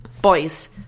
Boys